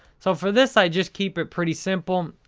so for this, i just keep it pretty simple.